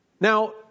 Now